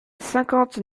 cinquante